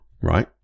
right